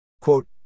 Quote